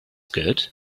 good